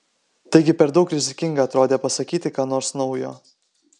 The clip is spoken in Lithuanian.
taigi per daug rizikinga atrodė pasakyti ką nors naujo